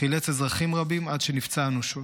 חילץ אזרחים רבים עד שנפצע אנושות.